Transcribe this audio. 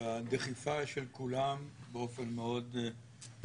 והסבלני והדחיפה של כולם באופן מאוד נימוסי,